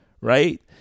Right